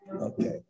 Okay